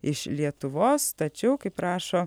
iš lietuvos tačiau kaip rašo